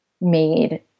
made